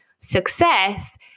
success